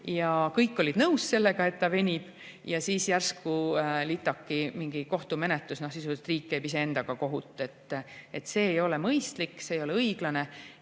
– kõik olid nõus sellega, et see venib, aga siis järsku, litaki, tuli kohtumenetlus, sisuliselt riik käib iseendaga kohut –, siis ei ole mõistlik, see ei ole õiglane.